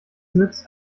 nützt